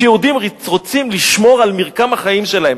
כשיהודים רוצים לשמור על מרקם החיים שלהם,